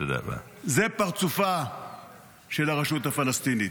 זה פרצופה של הרשות הפלסטינית